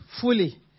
fully